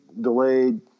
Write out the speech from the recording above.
delayed